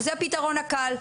שזה הפתרון הקל.